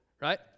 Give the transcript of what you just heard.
right